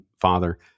father